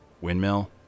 windmill